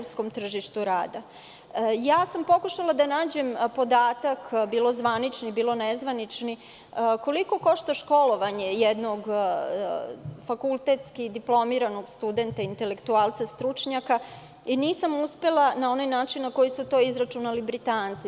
Pokušala sam da nađem podatak, bilo zvanični, bilo nezvanični, koliko košta školovanje jednog fakultetski diplomiranog studenta intelektualca, stručnjaka i nisam uspela na onaj način na koji su to izračunali Britanci.